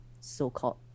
so-called